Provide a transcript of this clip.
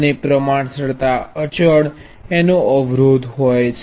અને પ્રમાણસરતા અચળ એનો અવરોધ છે